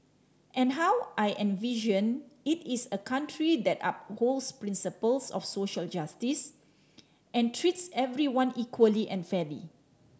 and how I envision it is a country that upholds principles of social justice and treats everyone equally and fairly